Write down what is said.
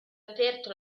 aperto